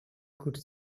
could